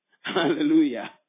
Hallelujah